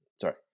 sorry